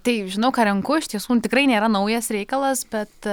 taip žinau ką renku iš tiesų tikrai nėra naujas reikalas bet